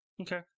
Okay